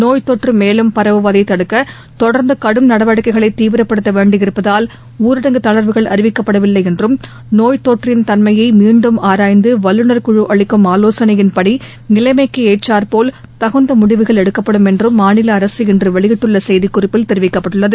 நோய்த்தொற்று மேலும் பரவுவதை தடுக்க தொடர்ந்து கடும் நடவடிக்கைகளை தீவிரப்படுத்த வேண்டியிருப்பதால் ஊரடங்கு தளாவுகள் அறிவிக்கப்படவில்லை என்றும் நோய்த்தொற்றின் தன்மயை மீண்டும் ஆராய்ந்து வல்லுநா்குழு அளிக்கும் ஆலோசனையின்படி நிலைமைக்கு ஏற்றார்போல் தகுந்த முடிவுகள் எடுக்கப்படும் என்றும் மாநில அரசு இன்று வெளியிட்டுள்ள செய்திக்குறிப்பில் தெரிவிக்கப்பட்டுள்ளது